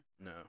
No